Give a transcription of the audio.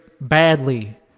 badly